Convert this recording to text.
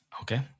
Okay